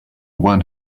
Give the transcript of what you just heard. one